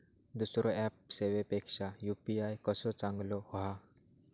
दुसरो ऍप सेवेपेक्षा यू.पी.आय कसो चांगलो हा?